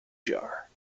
jar